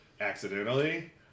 accidentally